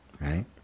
right